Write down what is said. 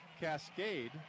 Cascade